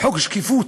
חוק שקיפות,